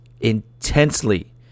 intensely